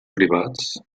privats